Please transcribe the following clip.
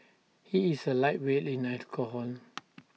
he is A lightweight in alcohol